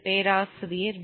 பேராசிரியர் வி